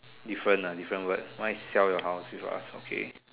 different ah different word mine is sell your house with us okay